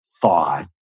thought